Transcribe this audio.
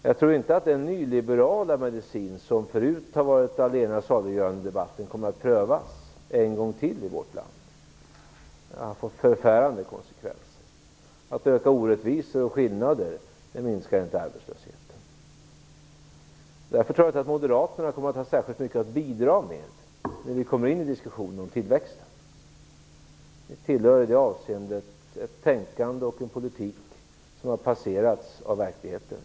Jag tror inte att den nyliberala medicin som förut har varit allena saliggörande i debatten kommer att prövas en gång till i vårt land. Den har fått förfärande konsekvenser. Att öka orättvisor och skillnader minskar inte arbetslösheten. Därför tror jag inte att Moderaterna kommer att ha särskilt mycket att bidra med när vi kommer in i diskussionen om tillväxten. De tillhör i det avseendet ett tänkande och en politik som har passerats av verkligheten.